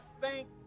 thank